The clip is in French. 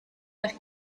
paris